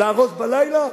להרוס בלילה?